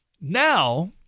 Now